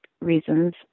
reasons